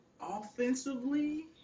offensively